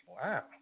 Wow